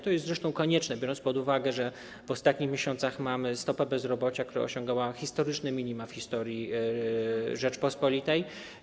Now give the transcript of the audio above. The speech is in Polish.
To jest zresztą konieczne, biorąc pod uwagę, że w ostatnich miesiącach mamy stopę bezrobocia, która osiągnęła historyczne minima w historii Rzeczypospolitej.